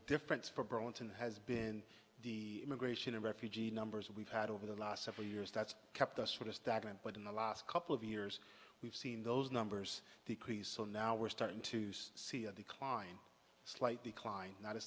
difference for burlington has been the immigration and refugee numbers we've had over the last several years that's kept us from stagnant but in the last couple of years we've seen those numbers decrease so now we're starting to see a decline slight decline not a